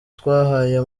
twahaye